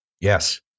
Yes